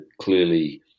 clearly